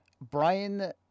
Brian